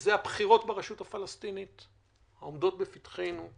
וזה הבחירות ברשות הפלסטינית העומדות לפתחנו.